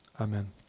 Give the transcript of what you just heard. Amen